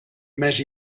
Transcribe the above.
més